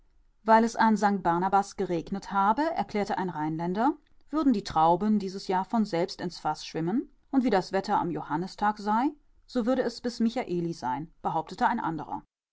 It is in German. weil es an st barnabas geregnet habe erklärte ein rheinländer würden die trauben dieses jahr von selbst ins faß schwimmen und wie das wetter am johannistag sei so würde es bis